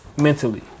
mentally